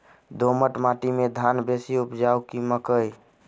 दोमट माटि मे धान बेसी उपजाउ की मकई?